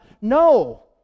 No